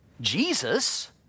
Jesus